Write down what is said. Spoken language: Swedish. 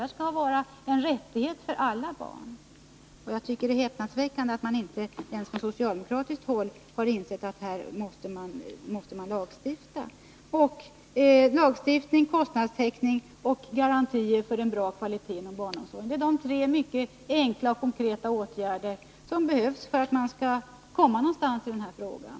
Det skall vara en rättighet för alla barn att få en plats inom den kommunala barnomsorgen. Det är häpnadsväckande att man inte ens på socialdemokratiskt håll har insett att här måste vi lagstifta. Lagstiftning, kostnadstäckning och garantier för en bra kvalitet inom barnomsorgen — det är de konkreta åtgärder som behövs för att vi skall komma någonstans i den här frågan.